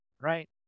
Right